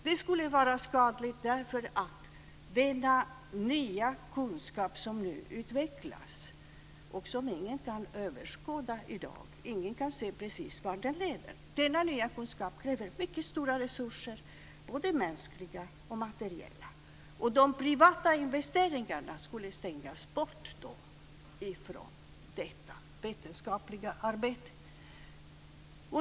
Det skulle vara skadligt därför att den nya kunskap som nu utvecklas och som ingen kan överskåda i dag, ingen kan se vart den leder, kräver mycket stora resurser, både mänskliga och materiella, och de privata investeringarna skulle stängas bort från detta vetenskapliga arbete.